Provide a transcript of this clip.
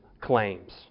claims